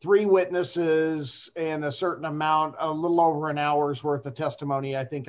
three witnesses and a certain amount or an hour's worth of testimony i think i